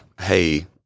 hey